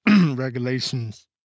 regulations